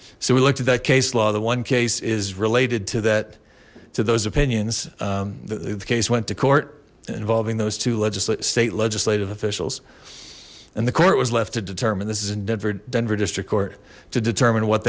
so we looked at that case law the one case is related to that to those opinions the case went to court involving those to legislate state legislative officials and the court was left to determine this is in denver denver district court to determine what